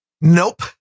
Nope